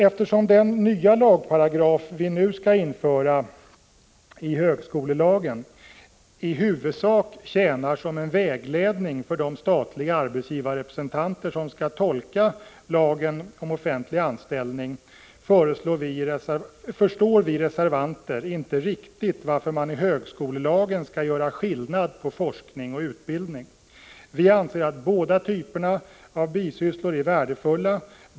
Eftersom den nya lagparagraf vi nu skall införa i högskolelagen i huvudsak tjänar som en vägledning för de statliga arbetsgivarrepresentanter som skall tolka lagen om offentlig anställning, förstår vi reservanter inte riktigt varför man i högskolelagen skall göra skillnad på forskning och utbildning. Vi anser att båda typerna av bisysslor är värdefulla.